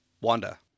Wanda